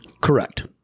Correct